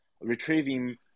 retrieving